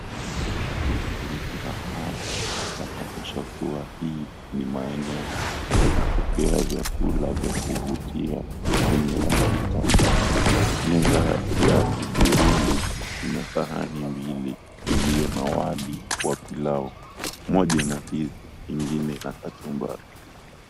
Mazingira haya yanaonyesha kuwa hii ni maeneo ya kupokea vyakula vya kuvutia vyenye rangi tamu. Meza ya hudhurungi ina sahani mbili iliyo na wali wa pilau. Moja ina ndizi, ingine ina kachumbari.